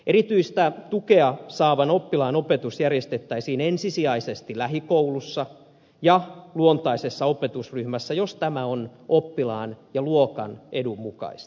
erityistä tukea saavan oppilaan opetus järjestettäisiin ensisijaisesti lähikoulussa ja luontaisessa opetusryhmässä jos tämä on oppilaan ja luokan edun mukaista